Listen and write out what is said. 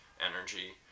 energy